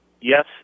Yes